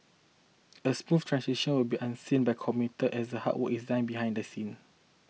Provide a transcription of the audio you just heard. a smooth transition will be one unseen by commuter as the hard work is done behind the scene